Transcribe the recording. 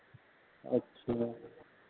अच्छा